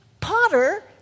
Potter